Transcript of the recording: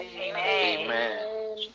Amen